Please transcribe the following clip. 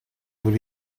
would